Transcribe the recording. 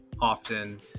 often